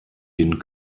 den